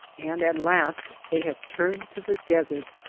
and at last they have turned to the desert!